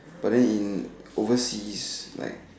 but in overseas like